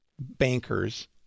bankers